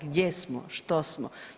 Gdje smo, što smo?